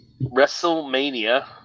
WrestleMania